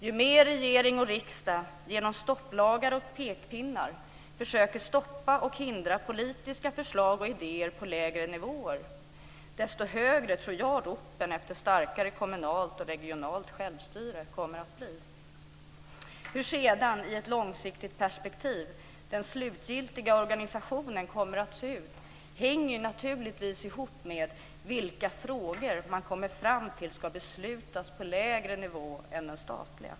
Ju mer regering och riksdag genom stopplagar och pekpinnar försöker stoppa och hindra politiska förslag och idéer på lägre nivåer, desto högre tror jag att ropen efter starkare kommunalt och regionalt självstyre kommer att bli. Hur sedan den slutgiltiga organisationen kommer att se ut i ett långsiktigt perspektiv hänger naturligtvis ihop med vilka frågor man kommer fram till ska beslutas på lägre nivå än den statliga.